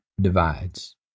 divides